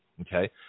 Okay